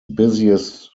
busiest